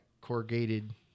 corrugated